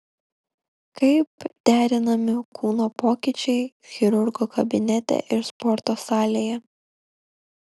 kaip derinami kūno pokyčiai chirurgo kabinete ir sporto salėje